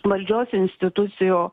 valdžios institucijų